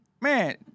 Man